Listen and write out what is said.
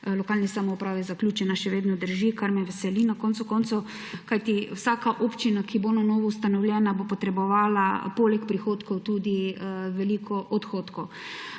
lokalne samouprave zaključena, še vedno drži, kar me veseli na koncu koncev. Kajti, vsaka občina, ki bo na novo ustanovljena, bo potrebovala poleg prihodkov tudi veliko odhodkov.